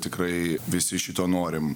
tikrai visi šito norim